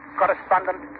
correspondent